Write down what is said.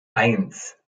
eins